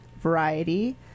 variety